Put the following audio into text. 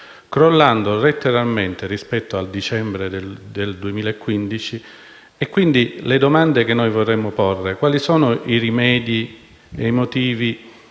crollando letteralmente rispetto al dicembre del 2015. Quindi, le domande che noi vorremmo porle sono: quali sono i rimedi e i motivi